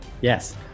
Yes